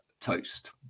toast